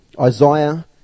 Isaiah